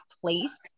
place